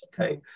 okay